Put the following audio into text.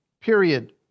Period